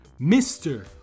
Mr